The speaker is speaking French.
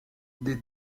des